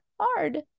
hard